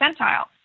percentile